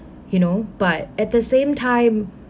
you know but at the same time